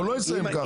הוא לא יסיים ככה.